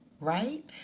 right